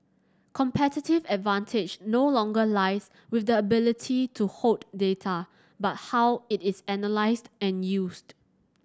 competitive advantage no longer lies with the ability to hoard data but how it is analysed and used